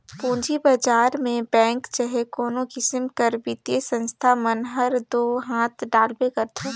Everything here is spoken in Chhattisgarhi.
पूंजी बजार में बेंक चहे कोनो किसिम कर बित्तीय संस्था मन हर दो हांथ डालबे करथे